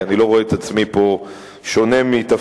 כי אני לא רואה את תפקידי פה שונה מתפקידכם,